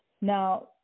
Now